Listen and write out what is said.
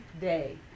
day